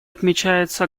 отмечается